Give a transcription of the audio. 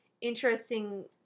interesting